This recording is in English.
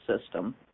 system